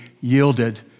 yielded